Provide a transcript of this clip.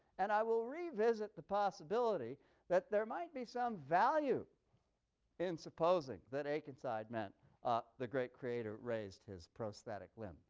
and i will revisit the possibility that there might be some value in supposing that akenside meant ah the great creator raised his prosthetic limb,